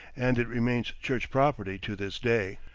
and it remains church property to this day.